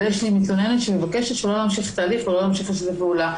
אבל יש לי מתלוננת שמבקשת שלא להמשיך את ההליך ולא להמשיך לשתף פעולה.